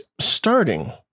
starting